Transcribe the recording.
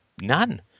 none